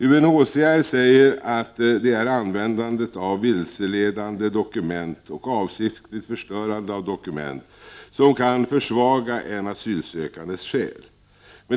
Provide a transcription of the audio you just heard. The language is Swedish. UNHCR säger att användande av vilseledande dokument och avsiktligt förstörande av dokument kan försvaga en asylsökandes skäl.